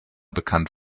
bekannt